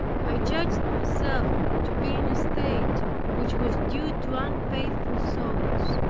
i judged myself to be in a state which was due to unfaithful souls.